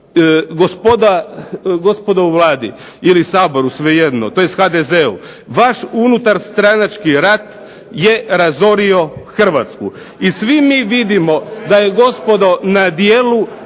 Gospodo u Vladi ili Saboru, svejedno, tj. HDZ-u vaš unutar stranački rat je razorio Hrvatsku. I svi mi vidimo da je gospodo na djelu bitka